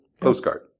postcard